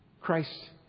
Christ